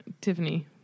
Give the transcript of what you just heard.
Tiffany